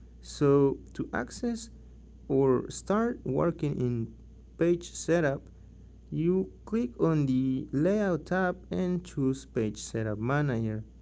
so to access or start working in page setup you click on the layout tab and choose page setup manager.